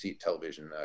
television